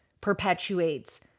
perpetuates